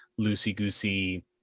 loosey-goosey